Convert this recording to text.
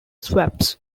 swaps